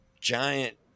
giant